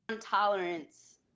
tolerance